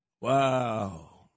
Wow